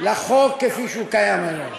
לחוק כפי שהוא קיים היום.